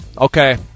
okay